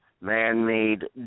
Man-made